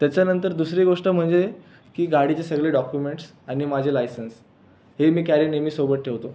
त्याच्यानंतर दुसरी गोष्ट म्हणजे की गाडीचे सर्व डॉक्युमेंट्स आणि माझे लायसन्स हे मी कॅरी नेहमी सोबत ठेवतो